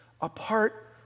apart